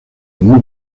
como